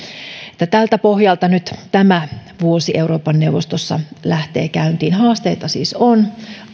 eli tältä pohjalta nyt tämä vuosi euroopan neuvostossa lähtee käyntiin haasteita siis on